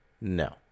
No